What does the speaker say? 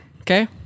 Okay